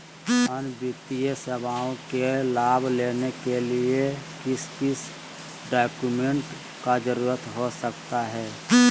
अन्य वित्तीय सेवाओं के लाभ लेने के लिए किस किस डॉक्यूमेंट का जरूरत हो सकता है?